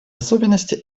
особенности